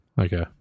Okay